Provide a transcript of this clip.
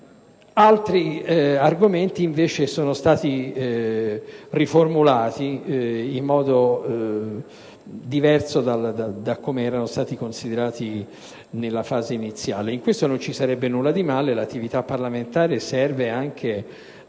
altri argomenti le norme sono state riformulate in modo diverso da come erano state concepite inizialmente. In questo non ci sarebbe nulla di male: l'attività parlamentare serve anche